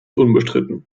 unbestritten